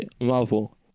marvel